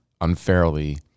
unfairly